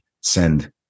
send